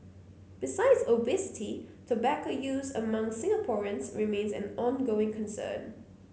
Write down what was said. besides obesity tobacco use among Singaporeans remains an ongoing concern